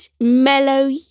mellow